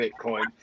bitcoin